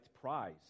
prize